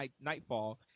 Nightfall